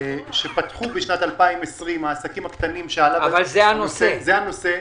שפתחו בשנת 2020. אבל זה הנושא.